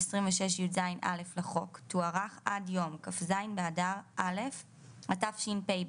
26/י"ז/א' לחוק תוארך עד יום כ"ז באדר א' התשפ"ב,